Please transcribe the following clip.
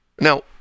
Now